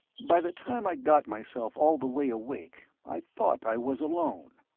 by the time i got myself all the way awake i thought i was alone.